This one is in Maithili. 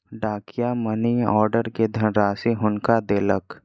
डाकिया मनी आर्डर के धनराशि हुनका देलक